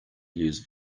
use